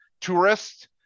tourists